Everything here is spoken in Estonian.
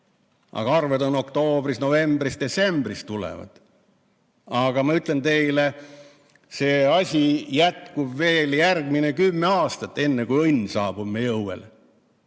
Aga arved on oktoobris-novembris ja ka detsembris tulevad. Aga ma ütlen teile, see asi jätkub veel kümme aastat, enne kui õnn saabub meie õuele.